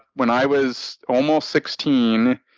when i was almost sixteen,